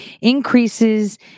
increases